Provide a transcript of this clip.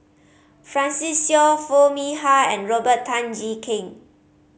Francis Seow Foo Mee Har and Robert Tan Jee Keng